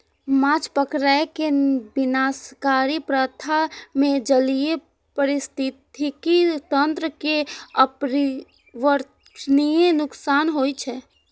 माछ पकड़ै के विनाशकारी प्रथा मे जलीय पारिस्थितिकी तंत्र कें अपरिवर्तनीय नुकसान होइ छै